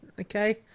Okay